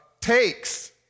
takes